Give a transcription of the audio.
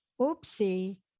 oopsie